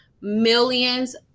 millions